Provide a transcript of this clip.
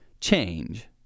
change